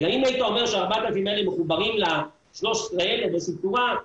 אם היית אומר שה-4,000 האלה מחוברים ל-13,000 באיזושהי צורה,